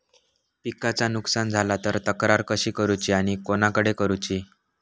पिकाचा नुकसान झाला तर तक्रार कशी करूची आणि कोणाकडे करुची?